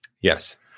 Yes